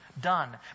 done